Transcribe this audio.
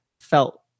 felt